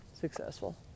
successful